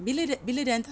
bila dia bila dia hantar